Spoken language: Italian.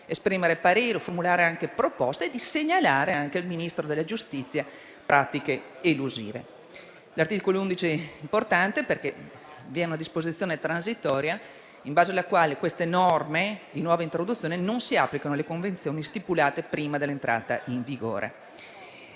esprimere pareri, formulare proposte e segnalare pratiche elusive al Ministro della giustizia. L'articolo 11 è importante perché reca una disposizione transitoria in base alla quale queste norme di nuova introduzione non si applicano alle convenzioni stipulate prima della sua entrata in vigore.